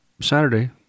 Saturday